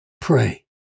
pray